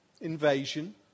invasion